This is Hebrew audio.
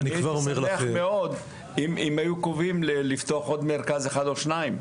הייתי שמח מאוד אם היו קרובים לפתוח עוד מרכז אחד או שניים.